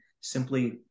simply